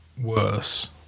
worse